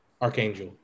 Archangel